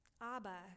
Abba